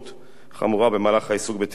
חמורה במהלך העיסוק בתיווך במקרקעין.